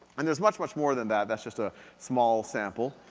and there's much, much more than that, that's just a small sample.